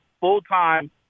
full-time